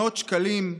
מאות שקלים,